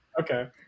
Okay